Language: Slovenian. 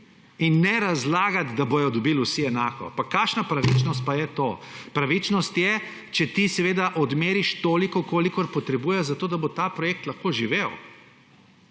in ne razlagati, da bodo dobili vsi enako. Pa kakšna pravičnost je to. Pravičnost je, če ti seveda odmeriš toliko, kolikor potrebuješ za to, da bo ta projekt lahko živel.